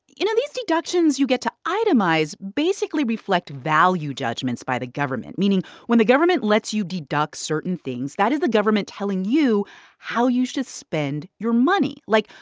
you know, these deductions you get to itemize basically reflect value judgments by the government, meaning when the government lets you deduct certain things, that is the government telling you how you should spend your money like,